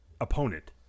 opponent